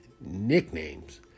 nicknames